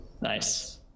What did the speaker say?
nice